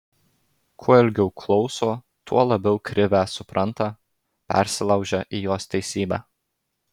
kuo ilgiau klauso tuo labiau krivę supranta persilaužia į jos teisybę